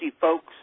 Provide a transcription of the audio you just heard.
folks